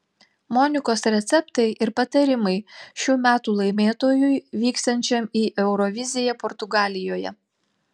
monikos receptai ir patarimai šių metų laimėtojui vyksiančiam į euroviziją portugalijoje